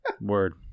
Word